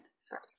Sorry